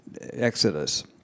exodus